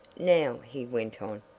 now, he went on,